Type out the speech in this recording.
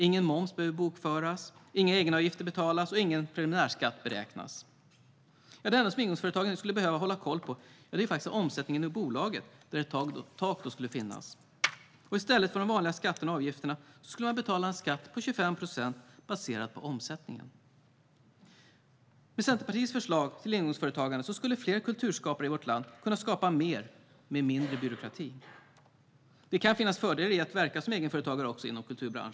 Ingen moms behöver bokföras, inga egenavgifter betalas och ingen preliminärskatt beräknas. Det enda som ingångsföretagaren behöver hålla koll på är omsättningen i bolaget, där ett tak ska finnas. I stället för de vanliga skatterna och avgifterna ska man betala en skatt på 25 procent, baserad på omsättningen. Med Centerpartiets förslag om ingångsföretagande skulle fler kulturskapare i vårt land kunna skapa mer med mindre byråkrati. Det kan finnas fördelar i att verka som egenföretagare inom kultursektorn.